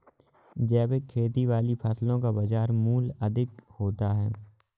जैविक खेती वाली फसलों का बाज़ार मूल्य अधिक होता है